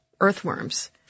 earthworms